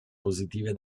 positive